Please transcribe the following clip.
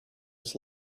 was